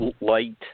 light